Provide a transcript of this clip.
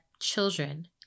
children